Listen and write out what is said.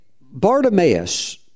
Bartimaeus